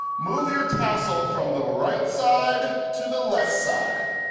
move your tassel from the right side, to the left side.